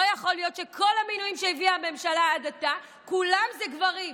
לא יכול להיות שבכל המינויים שהביאה הממשלה עד עתה כולם גברים,